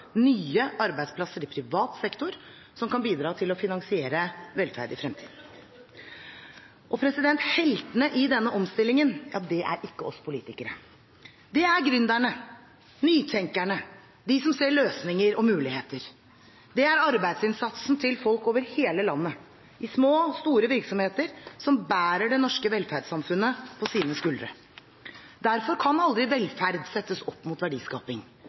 nye arbeidsplasser i privat sektor som kan bidra til å finansiere velferd i fremtiden. Heltene i denne omstillingen, ja, det er ikke oss politikere. Det er gründerne, nytenkerne, de som ser løsninger og muligheter. Det er arbeidsinnsatsen til folk over hele landet, i små og store virksomheter, som bærer det norske velferdssamfunnet på sine skuldre. Derfor kan aldri velferd settes opp mot verdiskaping